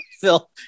Phil